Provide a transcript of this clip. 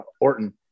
Orton